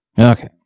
Okay